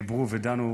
דיברו ודנו.